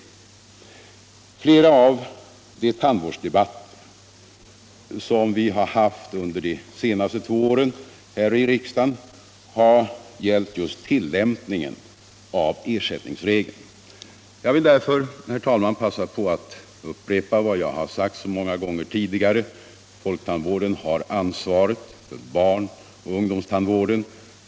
Flera av de tandvårdsdebatter som vi haft under de senaste två åren här i riksdagen har gällt just tillämpningen av ersättningsregeln. Jag vill därför, herr talman, passa på att upprepa vad jag har sagt så många gånger tidigare: Folktandvården har ansvaret för barnoch ungdomstandvården.